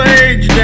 age